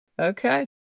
Okay